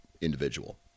individual